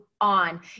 on